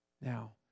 Now